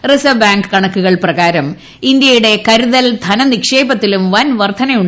reserve bank കണക്കുകൾ പ്രകാരം ഇന്ത്യയുടെ കരുതൽ ധനനിക്ഷേപത്തിലും വൻ വർദ്ധന ഉണ്ടായിട്ടുണ്ട്